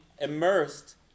immersed